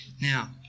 now